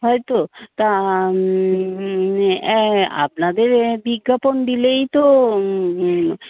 হয়ত তা আপনাদের বিজ্ঞাপন দিলেই তো